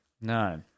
no